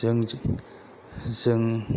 जों